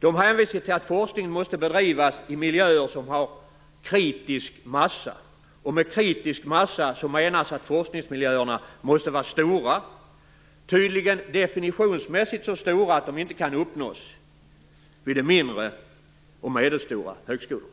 De hänvisar till att forskningen måste bedrivas i miljöer som har "kritisk massa". Med kritisk massa menas att forskningsmiljöerna måste vara "stora" - definitionsmässigt tydligen så stora att de inte kan uppnås vid de mindre och medelstora högskolorna.